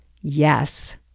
Yes